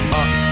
up